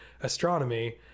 astronomy